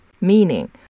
meaning